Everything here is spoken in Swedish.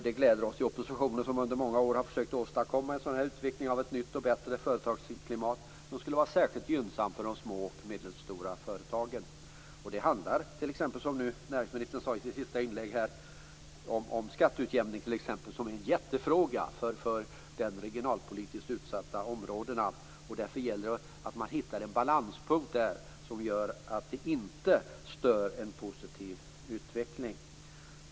Det gläder oss i oppositionen som under många år har försökt att åstadkomma en utveckling av ett nytt och bättre företagsklimat som skulle vara särskilt gynnsamt för de små och medelstora företagen. Det handlar t.ex. om skatteutjämning, som näringsministern sade i sitt senaste inlägg. Det är en jättefråga för de regionalpolitiskt utsatta områdena. Det gäller att man hittar en balanspunkt som inte stör en positiv utveckling.